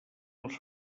els